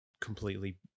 completely